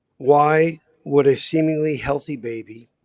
why would a seemingly healthy baby